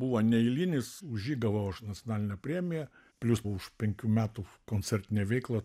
buvo neeilinis už jį gavau aš nacionalinę premiją plius už penkių metų koncertinę veiklą